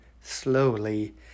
slowly